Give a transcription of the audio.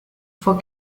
fue